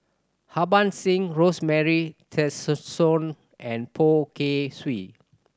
Harbans Singh Rosemary Tessensohn and Poh Kay Swee